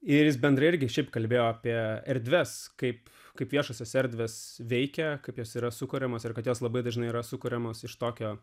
ir jis bendrija irgi šiaip kalbėjo apie erdves kaip kaip viešosios erdvės veikia kaip jos yra sukuriamos ir kad jos labai dažnai yra sukuriamos iš tokio